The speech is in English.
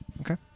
Okay